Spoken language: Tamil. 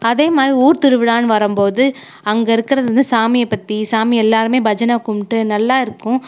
அதே மாதிரி ஊர் திருவிழான்னு வரும்போது அங்கே இருக்கிறது வந்து சாமியை பற்றி சாமி எல்லோருமே பஜனை கும்பிட்டு நல்லா இருக்கும்